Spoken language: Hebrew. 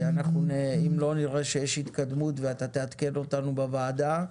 ואם לא נראה שיש התקדמות ואתה תעדכן אותנו בוועדה,